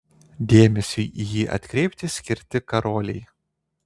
dėmesiui į jį atkreipti skirti karoliai